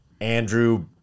Andrew